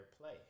play